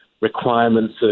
requirements